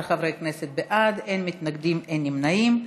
15 חברי כנסת בעד, אין מתנגדים, אין נמנעים.